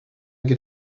get